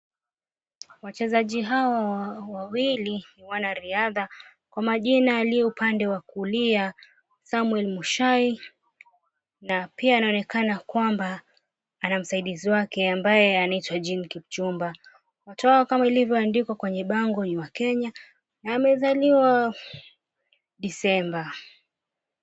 Wachezaji hawa wawili ni wanariadha. Kwa majina aliye upande wa kulia Samwel Muchai na pia anaoneka kwamba ana msaidizi wake ambaye anaitwa Jean Kipchumba. Watu hawa kama ilivyo andikwa kwenye bango ni wakenya na wamezaliwa Disemba.